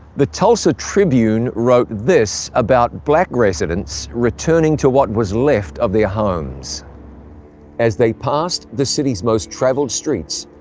the tulsa tribune wrote this about black residents returning to what was left of their homes as they passed the city's most traveled streets,